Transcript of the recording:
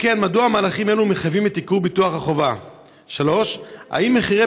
2. אם כן,